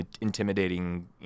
intimidating